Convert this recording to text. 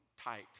tight